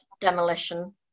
demolition